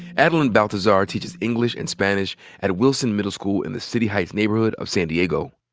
adeline baltazar teaches english and spanish at wilson middle school in the city heights neighborhood of san diego.